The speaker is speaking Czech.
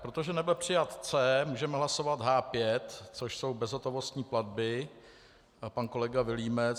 Protože nebyl přijat C, můžeme hlasovat H5, což jsou bezhotovostní platby, pan kolega Vilímec.